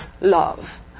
love